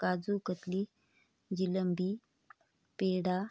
काजू कतली जिलेबी पेढा